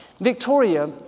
Victoria